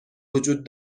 وجود